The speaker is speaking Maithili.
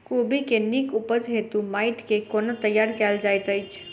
कोबी केँ नीक उपज हेतु माटि केँ कोना तैयार कएल जाइत अछि?